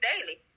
daily